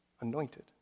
anointed